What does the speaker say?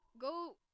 Go